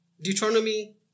Deuteronomy